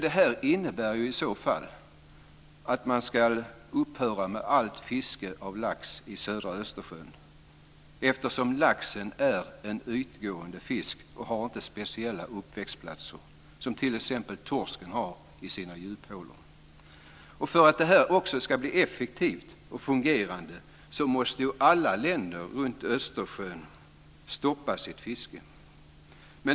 Det innebär i så fall att man ska upphöra med allt fiske av lax i södra Östersjön, eftersom laxen är en ytgående fisk som inte har speciella uppväxtplatser som t.ex. torsken har i sina djuphålor. För att det här ska bli effektivt och fungerande måste alla länder runt Östersjön stoppa sitt fiske.